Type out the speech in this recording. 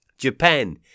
Japan